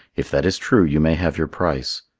if that is true you may have your price.